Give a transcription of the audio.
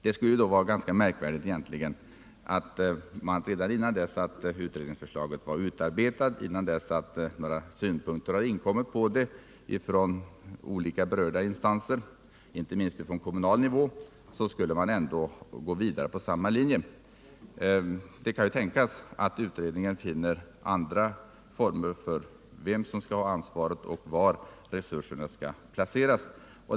Det skulle då vara ganska anmärkningsvärt att man redan innan utredningsförslaget var utarbetat, innan några synpunkter inkommit på det från olika berörda instanser — inte minst på kommunal nivå — ändå skulle gå vidare på nuvarande linje. Det kan tänkas att utredningen finner andra former för vem som skall ha ansvaret och var resurserna skall placeras.